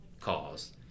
cause